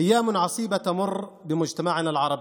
(אומר דברים בשפה הערבית,